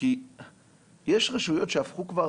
כי יש רשויות שהפכו כבר